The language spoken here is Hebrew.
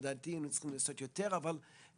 לדעתי היינו צריכים לעשות יותר, אבל